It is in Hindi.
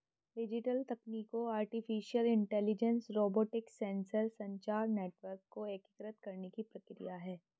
डिजिटल तकनीकों आर्टिफिशियल इंटेलिजेंस, रोबोटिक्स, सेंसर, संचार नेटवर्क को एकीकृत करने की प्रक्रिया है